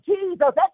Jesus